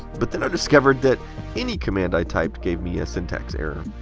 but then i discovered that any command i typed gave me a syntax error.